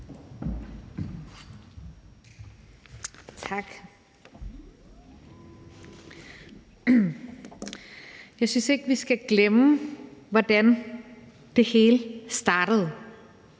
Tak. Jeg synes ikke, at vi skal glemme, hvordan det hele startede,